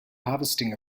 harvesting